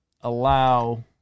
allow